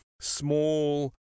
small